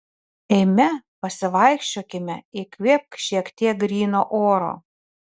eime pasivaikščiokime įkvėpk šiek tiek gryno oro